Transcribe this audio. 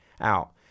out